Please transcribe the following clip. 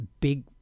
big